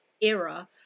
era